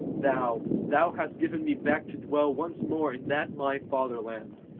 thou, thou hast given me back to dwell once more in that my fatherland,